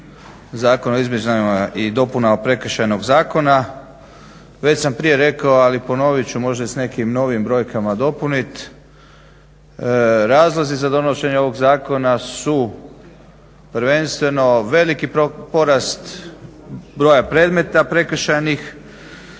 zakona o izmjenama i dopunama Prekršajnog zakona. Već sam prije rekao, ali ponovit ću možda i s nekim novim brojkama dopunit. Razlozi za donošenje ovog zakona su prvenstveno veliki porast broja predmeta prekršajnih.